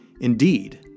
Indeed